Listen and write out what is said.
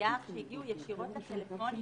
אפשר להסתכל על זה כעוד משימה אחת ברצף משימות,